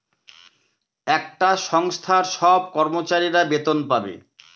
একটা সংস্থার সব কর্মচারীরা বেতন পাবে